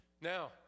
Now